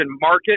market